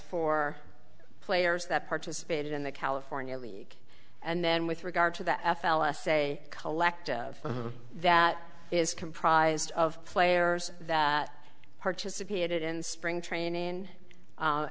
for players that participated in the california league and then with regard to the n f l s a collective of that is comprised of players that participated in spring training